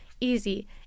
easy